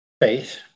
Faith